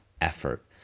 effort